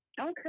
Okay